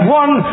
one